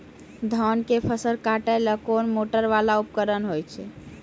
धान के फसल काटैले कोन मोटरवाला उपकरण होय छै?